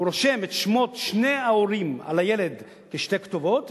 הוא רושם את שמות שני ההורים של הילד כשתי כתובות,